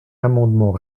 amendement